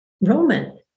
Roman